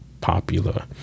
popular